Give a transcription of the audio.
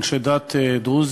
אנשי דת דרוזים,